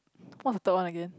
!wow! third one again